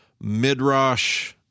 Midrash